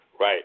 Right